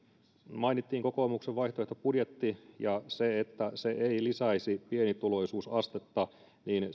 mainittiin kokoomuksen vaihtoehtobudjetti ja se että se ei lisäisi pienituloisuusastetta niin